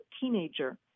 teenager